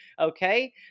Okay